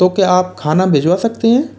तो क्या आप खाना भिजवा सकते हैं